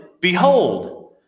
behold